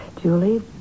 Julie